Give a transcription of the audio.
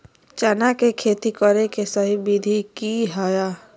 चना के खेती करे के सही विधि की हय?